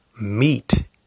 meat